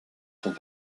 font